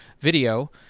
video